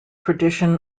tradition